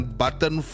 button